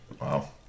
Wow